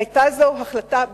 היתה זו החלטה פזיזה,